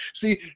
See